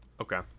Okay